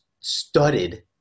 studded